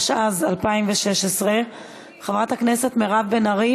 התשע"ז 2016. חברת הכנסת מירב בן ארי